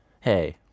hey